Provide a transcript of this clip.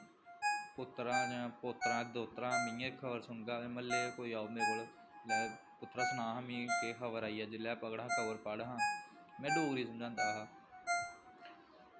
पुत्तर आं जां पोत्तरां आं दोत्तरा आं में गै खबर सुनगा म्हल्ले दे कोई औङन उं'दे कोल लै पुत्तरा सनां हां मिं केह् खबर आई अज्ज लै पकड़ हां खबर पढ़ हां में डोगरी च समझांदा हा